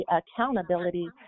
accountability